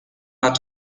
out